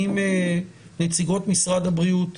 אנחנו צריכים לשמוע לא רק את משרד הבריאות